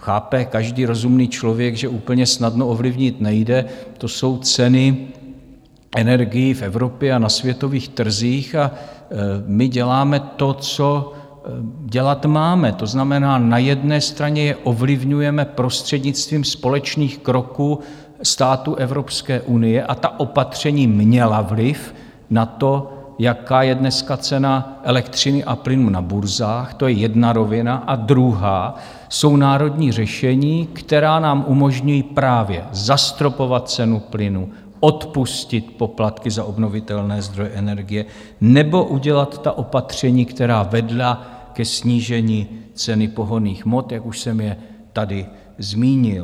chápe každý rozumný člověk, že úplně snadno ovlivnit nejde, to jsou ceny energií v Evropě a na světových trzích a my děláme to, co dělat máme, to znamená, na jedné straně je ovlivňujeme prostřednictvím společných kroků států Evropské unie a ta opatření měla vliv na to, jaká je dneska cena elektřiny a plynu na burzách, to je jedna rovina a druhá jsou národní řešení, která nám umožňují právě zastropovat cenu plynu, odpustit poplatky za obnovitelné zdroje energie nebo udělat opatření, která vedla ke snížení ceny pohonných hmot, jak už jsem je tady zmínil.